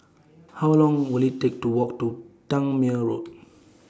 How Long Will IT Take to Walk to Tangmere Road